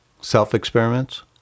Self-experiments